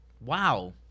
Wow